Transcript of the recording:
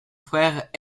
frère